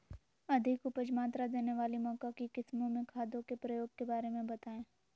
अधिक उपज मात्रा देने वाली मक्का की किस्मों में खादों के प्रयोग के बारे में बताएं?